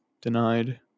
denied